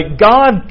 God